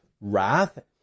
wrath